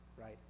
right